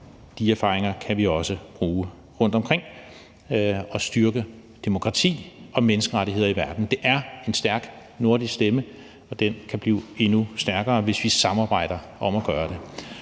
de erfaringer kan vi også bruge rundtomkring og styrke demokrati og menneskerettigheder i verden. Det er en stærk nordisk stemme, og den kan blive endnu stærkere, hvis vi samarbejder om at gøre det.